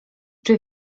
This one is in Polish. czy